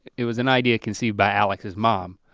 it was an idea conceived by alex's mom,